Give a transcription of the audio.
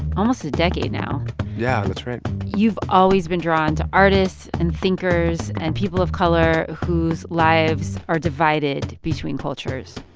almost a decade now yeah, that's right you've always been drawn to artists and thinkers and people of color whose lives are divided between cultures,